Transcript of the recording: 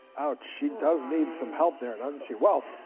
ouch, she does need some help there, doesn't she? well,